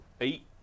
eight